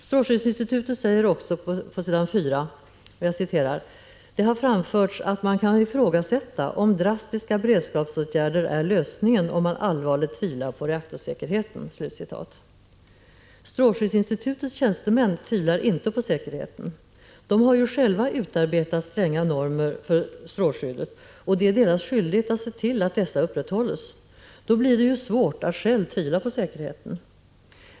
Strålskyddsinstitutet säger också på s. 4: ”Det har framförts att man kan ifrågasätta om drastiska beredskapsåtgärder är lösningen om man allvarligt tvivlar på reaktorsäkerheten.” Institutets tjänstemän tvivlar inte på säkerheten. De har ju själva utarbetat stränga normer för strålskyddet och det är deras skyldighet att se till att dessa upprätthålles. Då blir det ju svårt att själv tvivla på säkerheten.